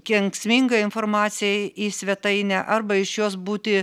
kenksminga informacija į į svetainę arba iš jos būti